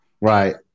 right